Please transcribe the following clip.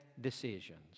decisions